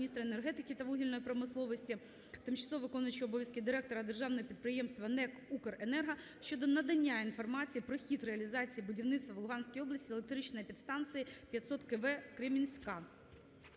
міністра енергетики та вугільної промисловості, тимчасово виконуючого обов`язки директора Державного підприємства "НЕК "Укренерго" щодо надання інформації про хід реалізації будівництва в Луганській області електричної підстанції 500 кВ "Кремінська".